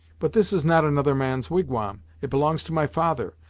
but this is not another man's wigwam it belongs to my father,